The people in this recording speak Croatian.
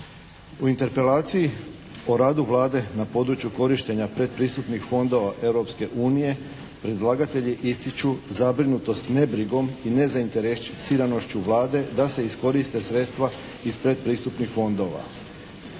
U interpelaciji o radu Vlade na području korištenja predpristupnih fondova Europske unije predlagatelji ističu zabrinutost nebrigom i nezainteresiranošću Vlade da se iskoriste sredstva iz predpristupnih fondova.